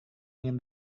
ingin